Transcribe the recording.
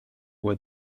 were